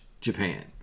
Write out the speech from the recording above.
Japan